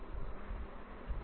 2